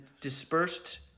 dispersed